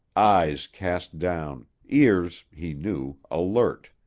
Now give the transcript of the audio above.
eyes cast down, ears, he knew, alert.